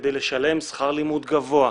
כדי לשלם שכר לימוד גבוה,